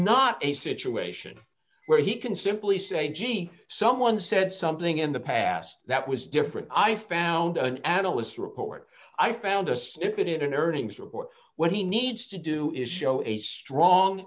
not a situation where he can simply say gee someone said something in the past that was different i found an adult his report i found a snippet in an earnings report what he needs to do is show a strong